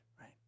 right